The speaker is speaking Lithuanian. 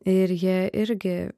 ir jie irgi